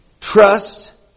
Trust